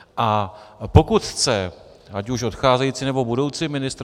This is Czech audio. A pokud chce ať už odcházející, nebo budoucí ministr...